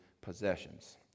possessions